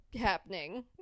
happening